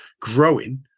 growing